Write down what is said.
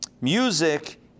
music